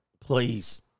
please